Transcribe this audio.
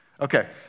Okay